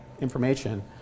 information